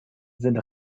sind